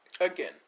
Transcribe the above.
Again